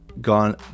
gone